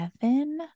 seven